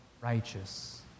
righteous